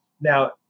Now